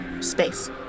space